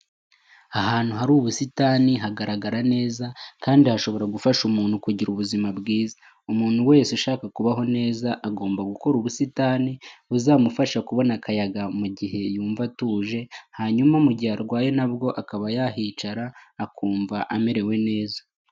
Ahantu hari ubusitani hagaragarara neza kandi hashobora gufasha umuntu kugira ubuzima bwiza, umuntu wese ushaka kubaho neza agomba gukora ubusitani buzamufasha kubona akayaga mu gihe yumva atuje, hanyuma mu gihe arwaye nabwo akaba yahicara akumva amerewe neza.